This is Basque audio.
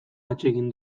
atsegin